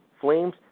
Flames